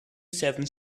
seven